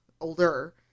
older